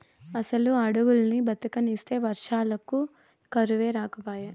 అసలు అడవుల్ని బతకనిస్తే వర్షాలకు కరువే రాకపాయే